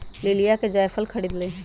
लिलीया ने जायफल खरीद लय